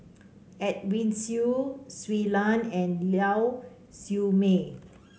Edwin Siew Shui Lan and Lau Siew Mei